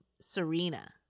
Serena